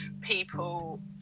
people